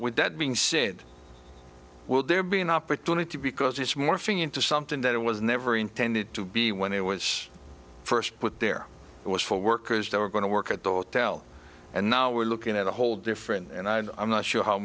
with that being said will there be an opportunity because it's morphing into something that it was never intended to be when it was first put there it was for workers that were going to work at the hotel and now we're looking at a whole different and i'm not sure how